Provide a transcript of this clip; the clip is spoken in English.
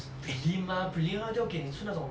prelim mah prelim 他都要给你出那种